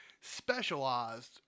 specialized